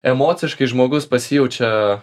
emociškai žmogus pasijaučia